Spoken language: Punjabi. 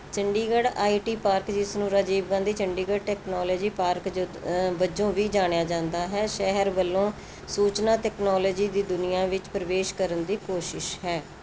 ਚੰਡੀਗੜ੍ਹ ਆਈ ਟੀ ਪਾਰਕ ਜਿਸ ਨੂੰ ਰਾਜੀਵ ਗਾਂਧੀ ਚੰਡੀਗੜ੍ਹ ਟੈਕਨੋਲਜੀ ਪਾਰਕ ਜ ਵਜੋਂ ਵੀ ਜਾਣਿਆ ਜਾਂਦਾ ਹੈ ਸ਼ਹਿਰ ਵੱਲੋਂ ਸੂਚਨਾ ਤਕਨੋਲਜੀ ਦੀ ਦੁਨੀਆ ਵਿੱਚ ਪ੍ਰਵੇਸ਼ ਕਰਨ ਦੀ ਕੋਸ਼ਿਸ਼ ਹੈ